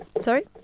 Sorry